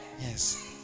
Yes